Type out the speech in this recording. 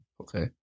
Okay